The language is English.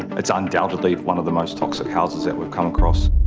it's undoubtedly one of the most toxic houses that we've come across.